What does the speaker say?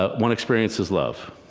ah one experience is love,